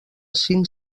cinc